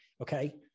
okay